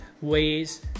ways